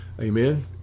amen